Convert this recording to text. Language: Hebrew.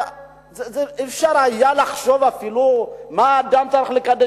אפשר היה לחשוב אפילו מה אדם צריך לקדש,